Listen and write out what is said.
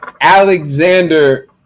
Alexander